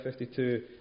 52